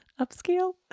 upscale